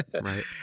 Right